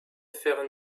faire